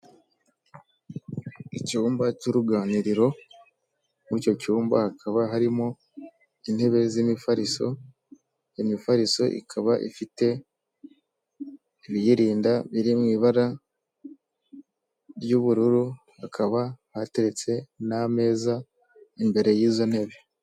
Icyumba cy'uruganiriro muri icyo cyumba hakaba harimo intebe z'imifariso , imifariso ikaba ifite ibiyirinda biri mu ibara ry'ubururu hakaba hateretse n'ameza imbere y'izo ntebe .